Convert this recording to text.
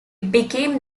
became